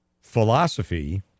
philosophy